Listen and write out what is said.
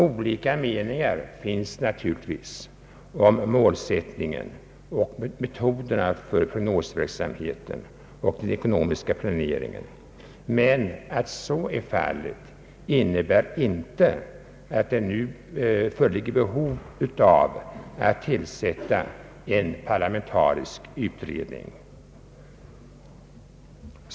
Olika meningar finns naturligtvis om målsättningen och metoderna för prognosverksamheten och den ekonomiska planeringen, men att så är fallet innebär inte att behov nu föreligger för tillsättande av en parlamentarisk utredning.